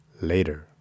later